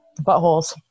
Buttholes